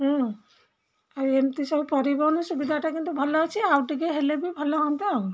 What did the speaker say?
ଆଉ ଏମିତି ସବୁ ପରିବହନ ସୁବିଧାଟା କିନ୍ତୁ ଭଲ ଅଛି ଆଉ ଟିକେ ହେଲେ ବି ଭଲ ହୁଅନ୍ତା ଆଉ